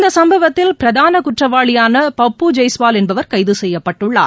இந்த சம்பவத்தில் பிரதான குற்றவாளியான பப்பு ஜெய்வாஸ் என்பவர் கைது செய்யப்பட்டுள்ளார்